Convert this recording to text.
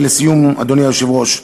לסיום, אדוני היושב-ראש,